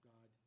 God